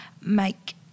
make